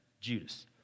Judas